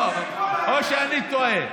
או שאני טועה?